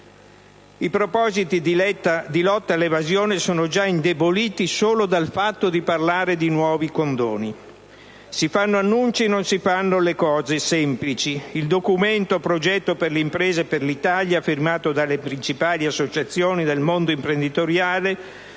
I propositi di lotta all'evasione sono già indeboliti solo dal fatto di parlare di nuovo di condoni. Si fanno annunci e non si fanno le cose semplici. Il documento «Progetto delle imprese per l'Italia», firmato dalle principali associazioni del mondo imprenditoriale,